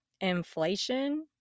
Inflation